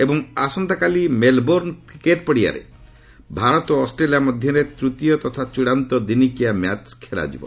ଏବଂ ଆସନ୍ତାକାଲି Melbourne cricket ପଡ଼ିଆରେ ଭାରତ ଓ ଅଷ୍ଟ୍ରେଲିଆ ମଧ୍ୟରେ ତ୍ତ୍ତୀୟ ତଥା ଚଡ଼ାନ୍ତ ଦିନିକିଆ ମ୍ୟାଚ୍ ଖେଳାଯିବ